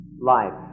life